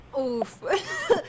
Oof